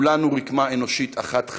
כולנו רקמה אנושית אחת חיה.